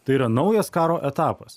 tai yra naujas karo etapas